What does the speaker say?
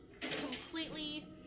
completely